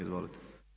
Izvolite.